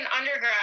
undergrad